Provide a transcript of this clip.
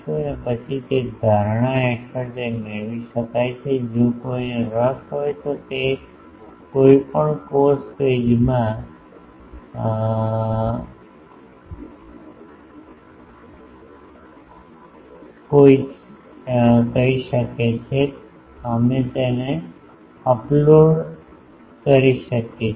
તેથી તે ધારણા હેઠળ તે મેળવી શકાય છે જો કોઈને રસ હોય તો તે કોઈપણ કોર્સ પેજમાં હોઈ શકે છે તો અમે આને અપલોડ કરી શકીએ છીએ